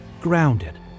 Grounded